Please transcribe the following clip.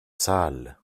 sale